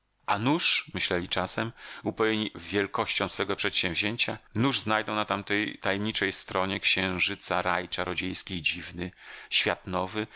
a nuż myśleli czasem upojeni wielkością swego przedsięwzięcia nuż znajdą na tamtej tajemniczej stronie księżyca raj czarodziejski i dziwny świat nowy